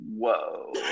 whoa